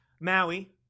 Maui